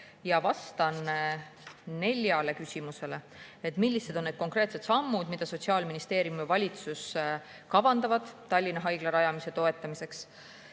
Vastan neljale küsimusele. Millised on need konkreetsed sammud, mida Sotsiaalministeerium ja valitsus kavandavad Tallinna Haigla rajamise toetamiseks?